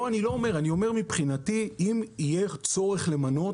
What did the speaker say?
אני אומר שמבחינתי אם יהיה צורך למנות,